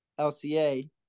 LCA